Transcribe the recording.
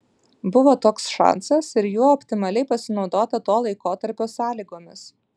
buvo toks šansas ir juo optimaliai pasinaudota to laikotarpio sąlygomis